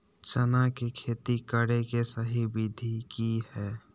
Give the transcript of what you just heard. चना के खेती करे के सही विधि की हय?